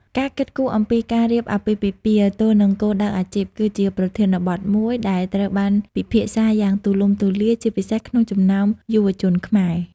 ការគិតគូរអំពីការរៀបអាពាហ៍ពិពាហ៍ទល់នឹងគោលដៅអាជីព គឺជាប្រធានបទមួយដែលត្រូវបានពិភាក្សាយ៉ាងទូលំទូលាយ ជាពិសេសក្នុងចំណោមយុវជនខ្មែរ។